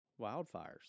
wildfires